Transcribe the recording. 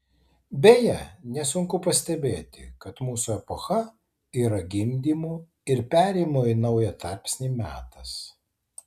beje nesunku pastebėti kad mūsų epocha yra gimdymo ir perėjimo į naują tarpsnį metas